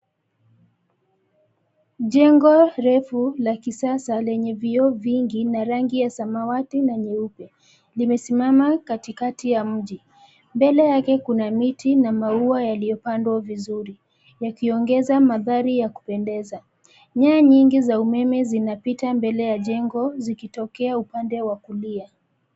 Jengo refu la kisasa lenye vioo vingi na rangi ya samawati na nyeupe, limesimama katikati ya mji. Mbele yake kuna miti na maua yaliyoyopandwa vizuri yakiongeza mandhari ya kupendeza. Nyaya nyingi za umeme zimepita mbele ya jengo zikitokea upande wa kulia.